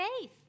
faith